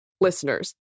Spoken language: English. listeners